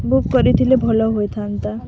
book କରିଥିଲେ ଭଲ ହୋଇଥାନ୍ତା